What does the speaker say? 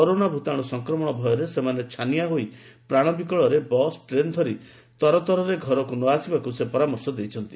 corona ଭୂତାଣୁ ସଂକ୍ରମଣ ଭୟରେ ସେମାନେ ଛାନିଆଁ ହୋଇ ପ୍ରାଣ ବିକଳରେ ବସ୍ ଟ୍ରେନ୍ ଧରି ତରତରରେ ଘରକୁ ନ ଆସିବାକୁ ସେ ପରାମର୍ଶ ଦେଇଛନ୍ତି